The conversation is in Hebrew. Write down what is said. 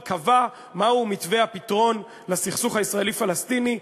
הוא כבר קבע מהו מתווה הפתרון לסכסוך הישראלי פלסטיני,